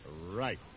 Right